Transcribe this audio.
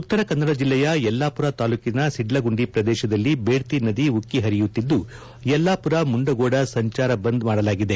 ಉತ್ತರ ಕನ್ನಡ ಜಿಲ್ಲೆಯ ಯಲ್ಲಾಮರ ತಾಲೂಕಿನ ಸಿಡ್ಲಗುಂಡಿ ಪ್ರದೇಶದಲ್ಲಿ ಬೇಡ್ತಿ ನದಿ ಉಕ್ಕಿ ಪರಿಯುತ್ತಿದ್ದು ಯಲ್ಲಾಪುರ ಮುಂಡಗೋಡ ಸಂಚಾರ ಬಂದ್ ಮಾಡಲಾಗಿದೆ